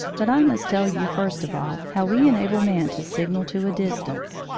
but i must tell you, first of all, how we enable man to signal to a distance,